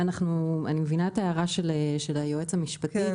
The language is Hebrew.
אני מבינה את הערת היועץ המשפטי לוועדה.